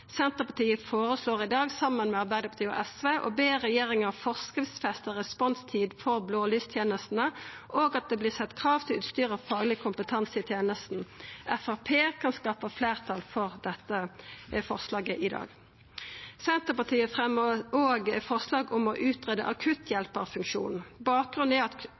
Senterpartiet føreslår i dag saman med Arbeidarpartiet og SV å be regjeringa forskriftsfesta responstid for blålystenestene, og at det vert sett krav til utstyr og fagleg kompetanse i tenesta. Framstegspartiet kan skaffa fleirtal for dette forslaget i dag. Senterpartiet fremjar òg forslag om å greia ut akutthjelparfunksjonen. Bakgrunnen er at